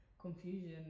Confusion